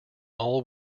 all